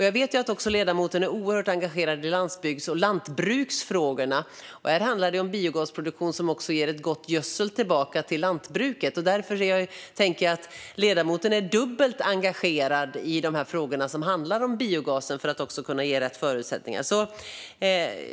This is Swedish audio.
Jag vet att ledamoten är engagerad i landsbygds och lantbruksfrågorna, och här handlar det om biogasproduktion som ger god gödsel till lantbruket. Jag tänker alltså att ledamoten är dubbelt engagerad i frågor om biogas för att också kunna ge rätt förutsättningar.